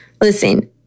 Listen